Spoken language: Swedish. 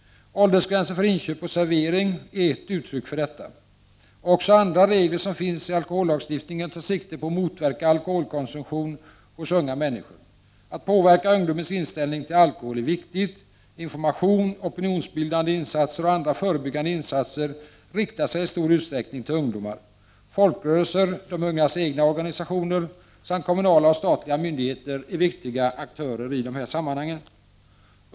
Åldersgränser för inköp och servering är ett uttryck för detta. Också andra regler som finns i 7 alkohollagstiftningen tar sikte på att motverka alkoholkonsumtion hos unga människor. Att påverka ungdomens inställning till alkohol är viktigt. Information, opinionsbildande insatser och andra förebyggande insatser riktar sig i stor utsträckning till ungdomar. Folkrörelser, de ungas egna organisationer samt kommunala och statliga myndigheter är viktiga aktörer i dessa sammanhang.